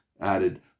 added